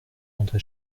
andré